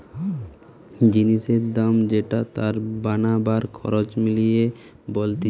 জিনিসের দাম যেটা তার বানাবার খরচ মিলিয়ে বলতিছে